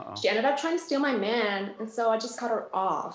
she ended up trying to steal my man and so i just cut her off